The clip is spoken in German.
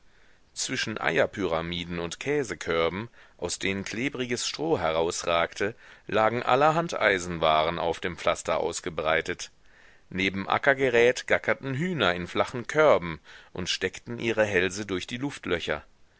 zwischen eierpyramiden und käsekörben aus denen klebriges stroh herausragte lagen allerhand eisenwaren auf dem pflaster ausgebreitet neben ackergerät gackerten hühner in flachen körben und steckten ihre hälse durch die